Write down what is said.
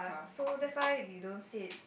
uh so that's why you don't sit